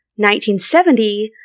1970